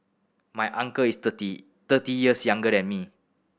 my uncle is thirty thirty years younger than me